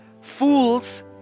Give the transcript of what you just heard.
Fools